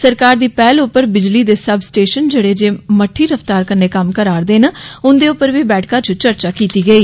सरकार दी पैहल उप्पर बिजली दे सब स्टेशन जेड़े जे मड्डी रफ्तार कन्नै कम्म करा रदे न उन्दे उप्पर बी बैठका च चर्चा कीती गेई